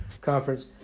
Conference